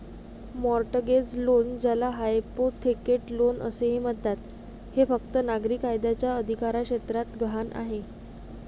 mortgage loan, ज्याला hypothecate loan असेही म्हणतात, हे फक्त नागरी कायद्याच्या अधिकारक्षेत्रात गहाण आहे